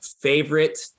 favorite